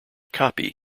copy